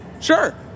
Sure